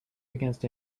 against